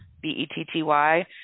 B-E-T-T-Y